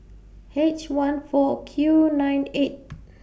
H one four Q nine eight